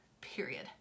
period